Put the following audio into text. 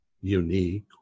unique